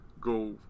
go